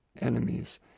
enemies